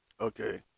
Okay